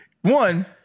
one